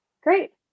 Great